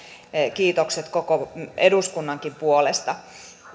kiitokset koko eduskunnan puolesta